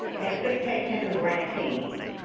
expectations for grantees.